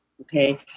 okay